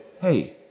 hey